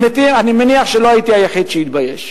אני מניח שלא הייתי היחיד שהתבייש.